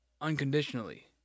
unconditionally